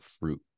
fruit